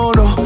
no